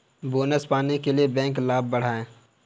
bonus पाने के लिए बैंक लाभ बढ़ाएं